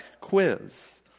quiz